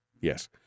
Yes